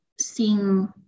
seeing